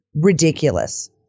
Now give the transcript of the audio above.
ridiculous